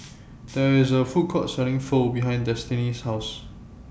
There IS A Food Court Selling Pho behind Destini's House